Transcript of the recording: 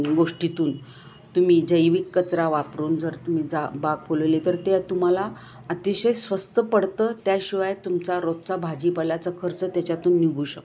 गोष्टीतून तुम्ही जैविक कचरा वापरून जर तुम्ही जा बाग फुलवली तर ते तुम्हाला अतिशय स्वस्त पडतं त्याशिवाय तुमचा रोजचा भाजीपाल्याचा खर्च त्याच्यातून निघू शकतो